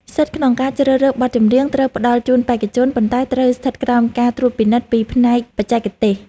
សិទ្ធិក្នុងការជ្រើសរើសបទចម្រៀងត្រូវផ្ដល់ជូនបេក្ខជន ប៉ុន្តែ ត្រូវស្ថិតក្រោមការត្រួតពិនិត្យពីផ្នែកបច្ចេកទេស។